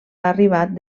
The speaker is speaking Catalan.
arribat